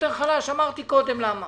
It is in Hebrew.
ואמרתי קודם למה